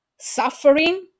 suffering